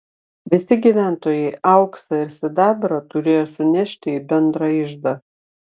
visi gyventojai auksą ir sidabrą turėjo sunešti į bendrą iždą